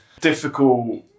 difficult